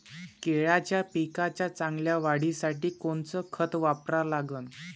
केळाच्या पिकाच्या चांगल्या वाढीसाठी कोनचं खत वापरा लागन?